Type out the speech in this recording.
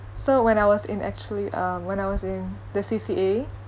so when I was in actually uh when I was in the C_C_A